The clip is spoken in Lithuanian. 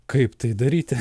kaip tai daryti